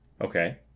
Okay